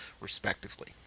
respectively